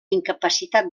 incapacitat